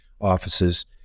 offices